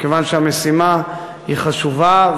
מכיוון שהמשימה חשובה,